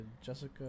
Jessica